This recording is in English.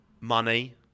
money